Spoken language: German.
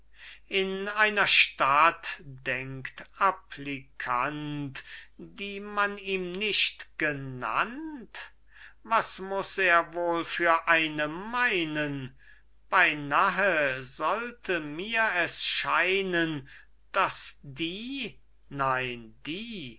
in einer stadt denkt applikant die man ihm nicht genannt was muß er wohl für eine meinen beinahe sollte mir es scheinen daß die